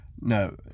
no